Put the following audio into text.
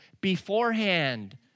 beforehand